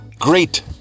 Great